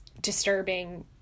disturbing